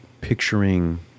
picturing